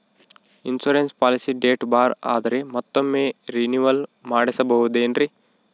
Insurance policy date ಬಾರ್ ಆದರೆ ಮತ್ತೊಮ್ಮೆ ರಿನಿವಲ್ ಮಾಡಿಸಬಹುದೇ ಏನ್ರಿ?